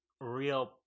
real